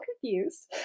confused